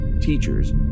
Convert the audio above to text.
teachers